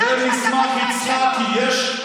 יש את מסמך יצחקי,